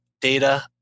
data